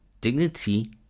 dignity